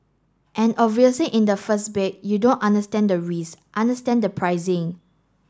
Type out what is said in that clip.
and obviously in the first bid you don't understand the risk understand the pricing